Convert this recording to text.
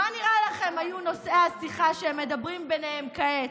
מה נראה לכם היו נושאי השיחה שהם מדברים ביניהם כעת,